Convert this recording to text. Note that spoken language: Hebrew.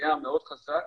עשייה מאוד חזק